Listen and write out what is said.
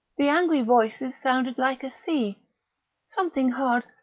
the angry voices sounded like a sea something hard,